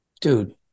dude